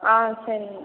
ஆ சரிங்க